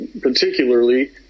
particularly